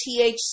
THC